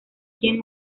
quien